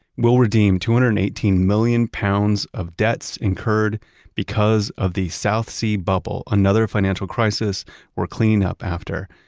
we'll redeem two hundred and eighteen million pounds of debts incurred because of the south sea bubble, another financial crisis we're cleaning up after.